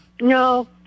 No